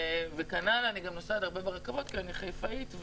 אני גם נוסעת הרבה ברכבות כי אני חיפאית,